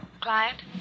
Client